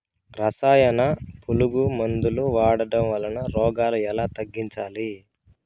రసాయన పులుగు మందులు వాడడం వలన రోగాలు ఎలా తగ్గించాలి?